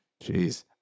Jeez